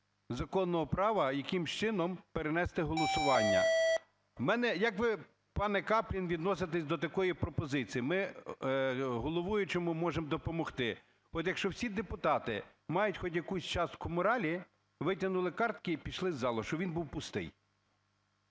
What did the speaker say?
законного права, якимось чином перенести голосування. Як ви, пане Каплін, відноситесь до такої пропозиції, ми головуючому можемо допомогти: от якщо б усі депутати, маючи хоч якусь частку моралі, витягнули картки і пішли з залу, щоб він був пустий?